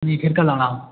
जी फिर कल आना